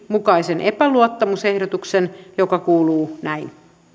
mukaisen epäluottamusehdotuksen joka kuuluu näin